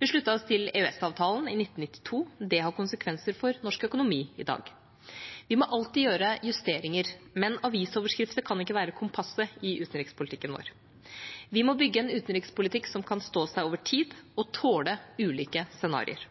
Vi sluttet oss til EØS-avtalen i 1992. Det har konsekvenser for norsk økonomi i dag. Vi må alltid gjøre justeringer, men avisoverskrifter kan ikke være kompasset i utenrikspolitikken vår. Vi må bygge en utenrikspolitikk som kan stå seg over tid og tåle ulike scenarioer.